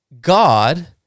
God